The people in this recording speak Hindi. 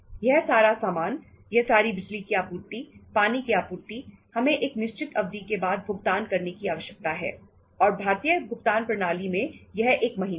यह सारा सामान यह सारी बिजली की आपूर्ति पानी की आपूर्ति हमें एक निश्चित अवधि के बाद भुगतान करने की आवश्यकता है और भारतीय भुगतान प्रणाली में यह एक महीना है